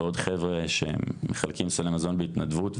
ועוד חבר'ה שהם מחלקים סלי מזון בהתנדבות,